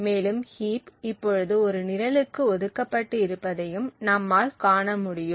மேலும் ஹீப் இப்பொழுது ஒரு நிரலுக்கு ஒதுக்கப்பட்டு இருப்பதையும் நம்மால் காணமுடியும்